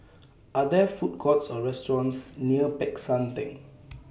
Are There Food Courts Or restaurants near Peck San Theng